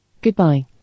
Goodbye